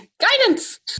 guidance